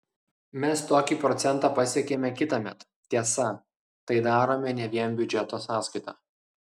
mes tokį procentą pasiekiame kitąmet tiesa tai darome ne vien biudžeto sąskaita